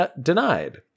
denied